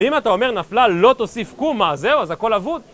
אם אתה אומר נפלה, לא תוסיף קום, מה זהו? אז הכל אבוד.